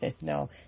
No